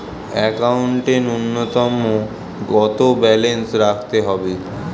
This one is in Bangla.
একাউন্টে নূন্যতম কত ব্যালেন্স রাখতে হবে?